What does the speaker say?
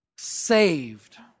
saved